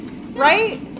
Right